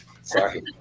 sorry